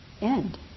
end